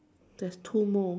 there's two more